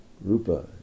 Rupa